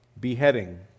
beheading